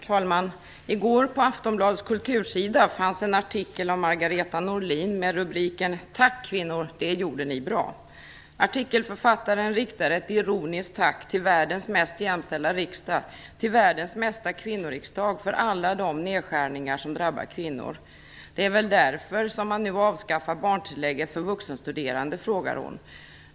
Herr talman! I går på Aftonbladets kultursida fanns en artikel av Margareta Norlin med rubriken "Tack kvinnor, det gjorde ni bra!" Artikelförfattaren riktar ett ironiskt tack till världens mest jämställda riksdag, till världens mesta kvinnoriksdag, för alla de nedskärningar som drabbar kvinnor. "Det är väl därför som man nu avskaffar barntillägget för vuxenstuderande?" frågar hon.